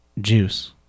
juice